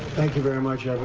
thank you very much